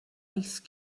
ice